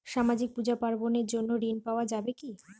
সামাজিক পূজা পার্বণ এর জন্য ঋণ পাওয়া যাবে কি?